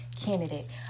candidate